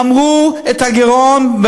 אמרו מה הגירעון,